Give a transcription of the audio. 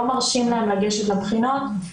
לא מרשים להם לגשת לבחינות,